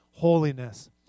holiness